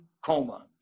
coma